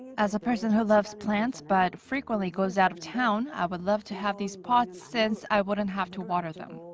as a person who loves plants and but frequently goes out of town. i would love to have these pots since i wouldn't have to water them.